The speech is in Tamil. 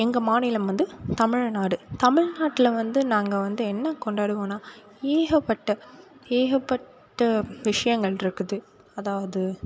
எங்கள் மாநிலம் வந்து தமிழ்நாடு தமிழ்நாட்டில் வந்து நாங்கள் வந்து என்ன கொண்டாடுவோனால் ஏகப்பட்ட ஏகப்பட்ட விஷயங்கள் இருக்குது அதாவது